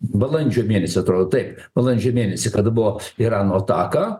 balandžio mėnesį atrodo taip balandžio mėnesį kada buvo irano ataka